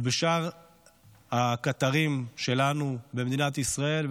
ולשאר הקטרים שלנו במדינת ישראל,